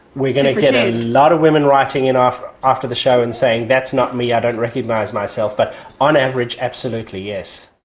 we're going to get a lot of women writing in after the show and saying, that's not me, i don't recognise myself but on average, absolutely, yes.